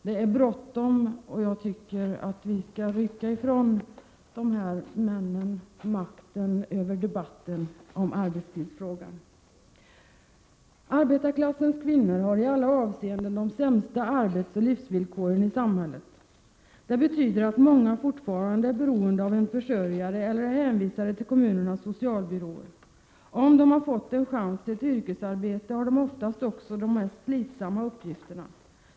Det är bråttom, och jag tycker att vi skall rycka ifrån männen makten över debatten i arbetstidsfrågan. Arbetarklassens kvinnor har i alla avseenden de sämsta arbetsoch livsvillkoren i samhället. Det betyder att många fortfarande är beroende av en försörjare eller är hänvisade till kommunernas socialbyråer. Om de har fått chans till ett yrkesarbete har de oftast också de mest slitsamma uppgifterna.